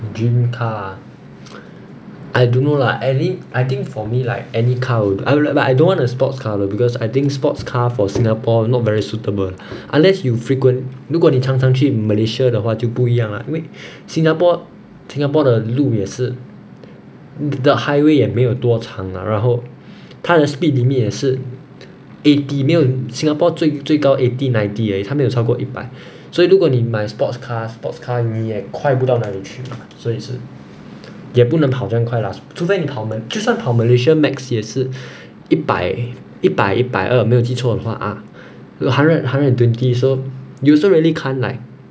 dream car ah I don't know lah at lea~ I think for me like any car will d~ but but but I don't want a sports car only because I think sports car for singapore not very suitable unless you frequent 如果你常常去 malaysia 的话就不一样啦因为新加坡新加坡的路也是 the highway 也没有多长啦然后它的 speed limit 也是 eighty 没有 singapore 最最高 eighty ninety 而已它没有超过一百所以如果你买 sports car sports car 你也快不到哪里去所以是也不能跑这样快啦除非你跑的就算跑 malaysia max 也是一百一百一百二没有记错的话 ah 有 hundred hundred and twenty so user really can't like